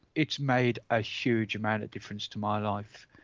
it's made a huge amount of difference to my life,